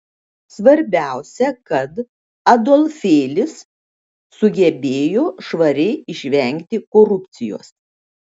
svarbiausia kad adolfėlis sugebėjo švariai išvengti korupcijos